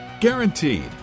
Guaranteed